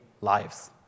lives